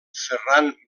ferran